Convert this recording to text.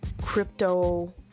crypto